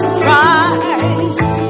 Christ